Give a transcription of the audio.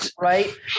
Right